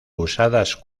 usadas